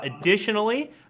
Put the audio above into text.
Additionally